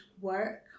work